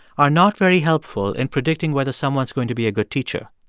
are not very helpful in predicting whether someone's going to be a good teacher.